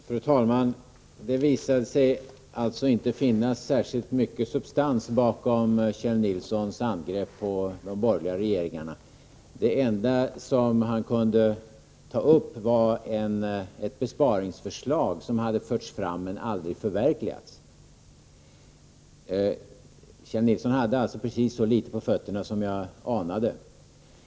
Fru talman! Det visade sig alltså inte finnas särskilt mycket substans bakom Kjell Nilssons angrepp på de borgerliga regeringarna. Det enda som han kunde ta upp var ett besparingsförslag som hade förts fram men aldrig förverkligats. Kjell Nilsson hade precis så litet på fötterna som jag anade.